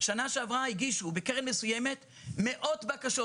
שנה שעברה הגישו בקרן מסוימת מאות בקשות.